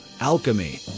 alchemy